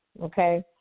Okay